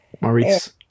Maurice